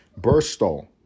Burstall